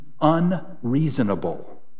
unreasonable